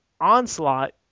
Onslaught